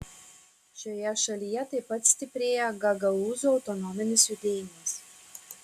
šioje šalyje taip pat stiprėja gagaūzų autonominis judėjimas